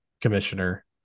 commissioner